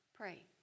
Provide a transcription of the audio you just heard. Pray